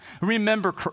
Remember